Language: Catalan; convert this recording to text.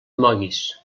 moguis